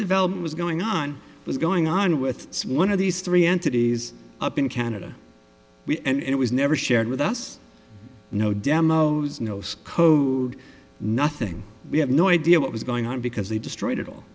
development was going on was going on with one of these three entities up in canada we and it was never shared with us no demos no sco nothing we had no idea what was going on because they destroyed it all